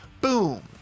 boom